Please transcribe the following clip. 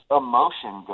emotion